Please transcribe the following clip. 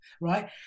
Right